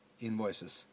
invoices